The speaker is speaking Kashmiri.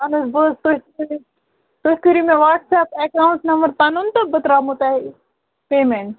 اَہَن حظ بہٕ حظ تُہۍ کٔرِو تُہۍ کٔرِو مےٚ واٹس ایپ ایکاونٛٹ نمبر پَنُن تہٕ بہٕ ترٛاہو تۄہہِ پیمٮ۪نٛٹ